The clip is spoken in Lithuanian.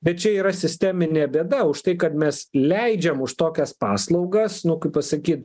bet čia yra sisteminė bėda už tai kad mes leidžiam už tokias paslaugas nu kaip pasakyt